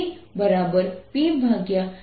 અને તેથી જે કરવામાં આવ્યું હતું તે સાચું હતું